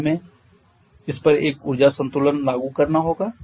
क्या हमें इस पर एक ऊर्जा संतुलन लागू करना होगा